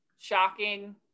shocking